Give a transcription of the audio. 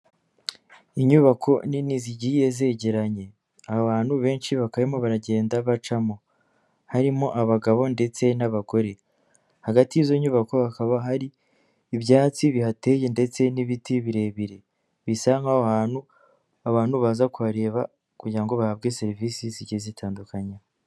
Inyubako nini zigiye zegeranye, abantu benshi bakaba barimo baragenda bacamo, harimo abagabo ndetse n'abagore, hagati y'izo nyubako hakaba hari ibyatsi bihateye ndetse n'ibiti birebire, bisa nkaho aho hantu abantu baza kuhareba kugirango ngo bahabwe serivisi zigiye zitandukanyekanya.